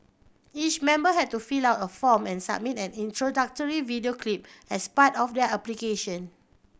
each member had to fill out a form and submit an introductory video clip as part of their application